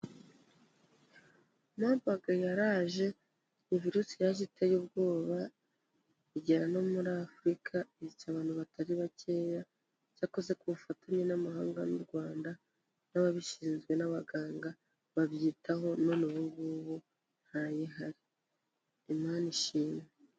Mabaga yaraje ni virusi yaje iteye ubwoba igera no muri Afurika yica abantu batari bakeya cyakoze ku bufatanye n'amahanga n'u Rwanda n'ababishinzwe n'abaganga babyitaho none ubu ngubu ntayihari, imana ishimwe.